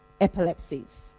epilepsies